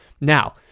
Now